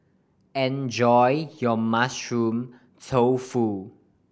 enjoy your Mushroom Tofu